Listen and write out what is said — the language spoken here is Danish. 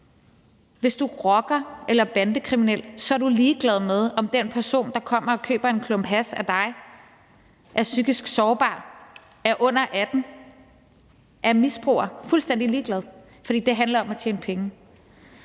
Hvis du er rocker eller bandekriminel, er du ligeglad med, om den person, der kommer og køber en klump hash af dig, er psykisk sårbar, er under 18 år, er misbruger, fuldstændig ligeglad, fordi det handler om at tjene penge.